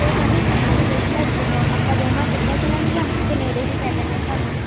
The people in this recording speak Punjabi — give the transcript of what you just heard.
ਕੋਈ ਗੱਲ ਨਹੀਂ ਸੀ ਯੂ ਦੇਖ ਲੈ ਦੋ ਅ ਆਪਾਂ ਦੋਵਾਂ ਚੱਲੇ ਕਰਾਂਗੀਆਂ ਅਤੇ ਨੇੜੇ ਵੀ ਪੈ ਜਾਣੀ ਆ ਸਾਨੂੰ